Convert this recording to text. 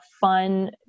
fun